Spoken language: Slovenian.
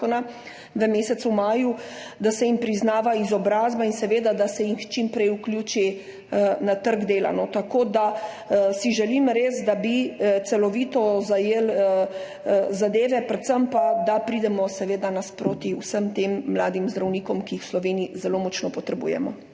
v mesecu maju je bil, da se jim priznava izobrazba in seveda da se jih čim prej vključi na trg dela. Tako da si želim res, da bi celovito zajeli zadeve, predvsem pa, da pridemo naproti vsem tem mladim zdravnikom, ki jih v Sloveniji zelo močno potrebujemo.